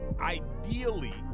Ideally